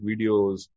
videos